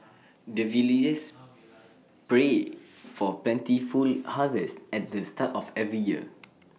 the villagers pray for plentiful harvest at the start of every year